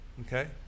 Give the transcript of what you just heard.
Okay